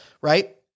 right